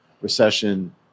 recession